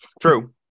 True